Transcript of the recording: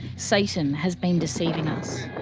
satan has been deceiving us.